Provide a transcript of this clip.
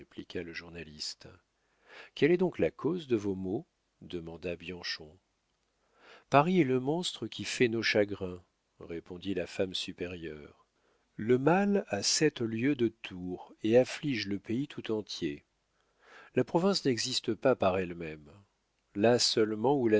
le journaliste quelle est donc la cause de vos maux demanda bianchon paris est le monstre qui fait nos chagrins répondit la femme supérieure le mal a sept lieues de tour et afflige le pays tout entier la province n'existe pas par elle-même là seulement où